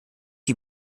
die